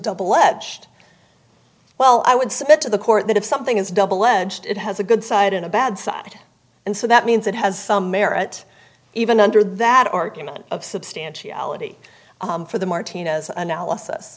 double edged well i would submit to the court that if something is double edged it has a good side and a bad side and so that means it has some merit even under that argument of substantiality for the martinez analysis